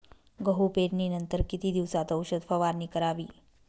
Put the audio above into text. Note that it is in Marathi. गहू पेरणीनंतर किती दिवसात औषध फवारणी करावी?